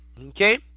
Okay